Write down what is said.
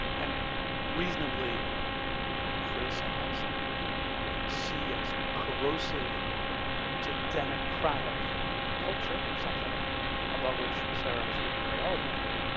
and reasonably criticize and and and and see as corrosive to democratic culture, something about which sarah has written very eloquently.